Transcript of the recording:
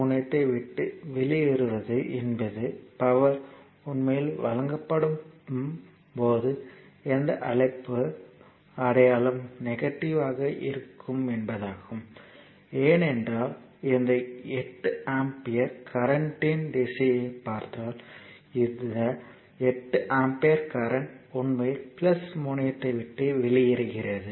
முனையத்தை விட்டு வெளியேறுவது என்பது பவர் உண்மையில் வழங்கப்படும்போது எந்த அழைப்பு அடையாளம் நெகட்டிவ்யாக இருக்கும் என்பதாகும் ஏனென்றால் இந்த 8 ஆம்பியர் கரண்ட்யின் திசையைப் பார்த்தால் இந்த 8 ஆம்பியர் கரண்ட் உண்மையில் முனையத்தை விட்டு வெளியேறுகிறது